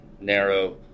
narrow